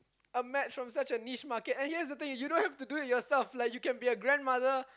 a match from such a niche market and here's the thing you don't have to do it yourself like you can be a grandmother